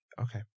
Okay